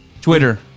Twitter